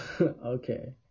okay